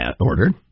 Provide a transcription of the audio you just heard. ordered